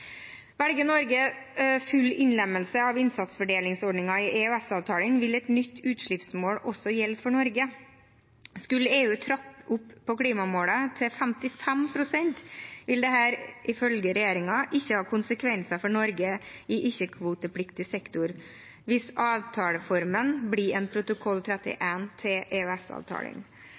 Norge full innlemmelse av innsatsfordelingsforordningen i EØS-avtalen, vil et nytt utslippsmål også gjelde for Norge. Skulle EU trappe opp klimamålet til 55 pst., vil dette ifølge regjeringen ikke ha konsekvenser for Norge i ikke-kvotepliktig sektor – hvis avtaleformen blir en protokoll 31 til